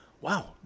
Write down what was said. wow